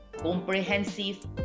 comprehensive